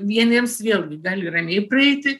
vieniems vėlgi gali ramiai praeiti